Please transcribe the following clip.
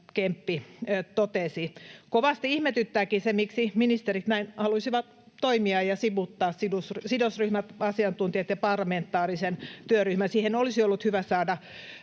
Kemppi totesi. Kovasti ihmetyttääkin se, miksi ministerit näin haluisivat toimia ja sivuuttaa sidosryhmät, asiantuntijat ja parlamentaarisen työryhmän. Siihen olisi ollut hyvä saada